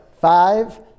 five